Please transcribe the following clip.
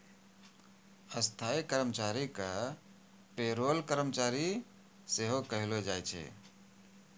स्थायी कर्मचारी के पे रोल कर्मचारी सेहो कहलो जाय छै